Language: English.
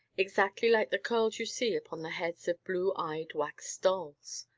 exactly like the curls you see upon the heads of blue-eyed wax dolls.